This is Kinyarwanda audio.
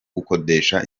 gukodesha